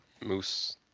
moose